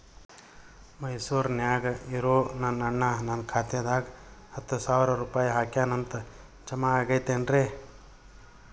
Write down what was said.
ಮೈಸೂರ್ ನ್ಯಾಗ್ ಇರೋ ನನ್ನ ಅಣ್ಣ ನನ್ನ ಖಾತೆದಾಗ್ ಹತ್ತು ಸಾವಿರ ರೂಪಾಯಿ ಹಾಕ್ಯಾನ್ ಅಂತ, ಜಮಾ ಆಗೈತೇನ್ರೇ?